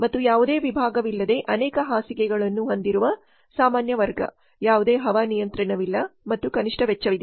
ಮತ್ತು ಯಾವುದೇ ವಿಭಾಗವಿಲ್ಲದೆ ಅನೇಕ ಹಾಸಿಗೆಗಳನ್ನು ಹೊಂದಿರುವ ಸಾಮಾನ್ಯ ವರ್ಗ ಯಾವುದೇ ಹವಾ ನಿಯಂತ್ರಿತವಿಲ್ಲಾ ಮತ್ತು ಕನಿಷ್ಠ ವೆಚ್ಚವಿದೆ